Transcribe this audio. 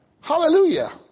Hallelujah